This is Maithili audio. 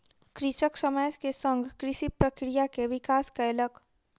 कृषक समय के संग कृषि प्रक्रिया के विकास कयलक